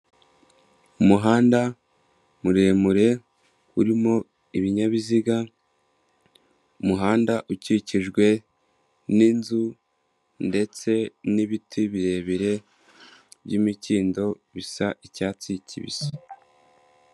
Umuhanda muremure urimo ibinyabiziga, umuhanda ukikijwe n'inzu ndetse n'ibiti birebire by'imikindo bisa icyatsi kibisi.